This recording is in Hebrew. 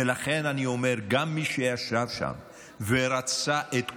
ולכן אני אומר, גם מי שישב שם ורצה את כולה,